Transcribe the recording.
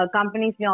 Companies